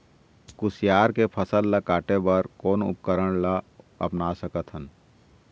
कुसियार के फसल ला काटे बर कोन उपकरण ला अपना सकथन?